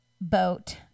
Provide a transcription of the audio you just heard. boat